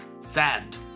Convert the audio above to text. sand